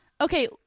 Okay